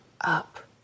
up